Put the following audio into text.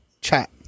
chat